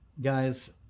guys